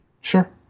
sure